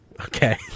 Okay